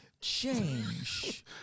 change